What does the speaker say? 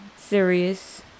serious